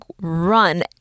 run